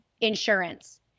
insurance